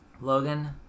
Logan